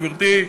גברתי,